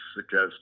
suggest